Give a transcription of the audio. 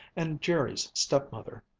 and jerry's stepmother.